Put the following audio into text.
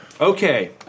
Okay